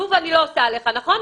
סיבוב אני לא עושה עליך, נכון?